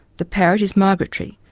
the parrot is migratory,